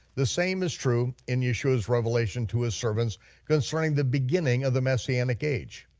the same is true in yeshua's revelation to his servants concerning the beginning of the messianic age.